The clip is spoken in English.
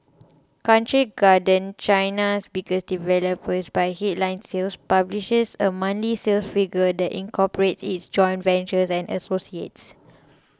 Country Garden China's biggest developer by headline sales publishes a monthly sales figure that incorporates its joint ventures and associates